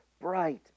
bright